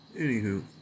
anywho